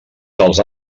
dels